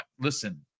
listen